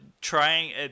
trying